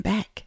Back